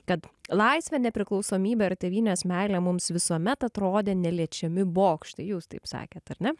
kad laisvė nepriklausomybė ir tėvynės meilė mums visuomet atrodė neliečiami bokštai jūs taip sakėt ar ne